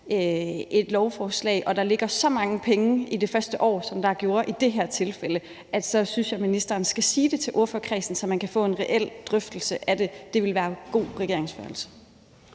et lovforslag og der ligger så mange penge i det første år, som der gjorde i det her tilfælde, så skal ministeren sige det til ordførerkredsen, så man kan få en reel drøftelse af det. Det ville være god regeringsførelse.